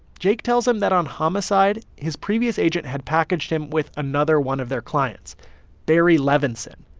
jake tells him that on homicide, his previous agent had packaged him with another one of their clients barry levinson,